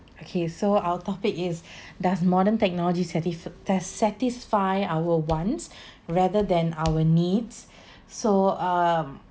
okay so our topic is does modern technologies satisf~ that satisfy our wants rather than our needs so um